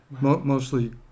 Mostly